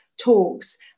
talks